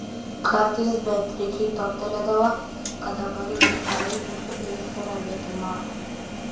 kartais beatričei toptelėdavo kad dabar jau ji mielai būtų ėjusi ravėti morkų